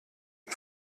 den